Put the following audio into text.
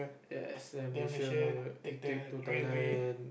yes then Malaysia if take to Thailand